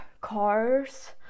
cars